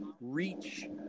reach